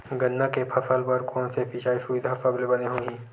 गन्ना के फसल बर कोन से सिचाई सुविधा सबले बने होही?